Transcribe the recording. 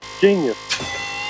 Genius